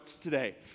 today